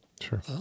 Sure